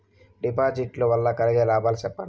డిపాజిట్లు లు వల్ల కలిగే లాభాలు సెప్పండి?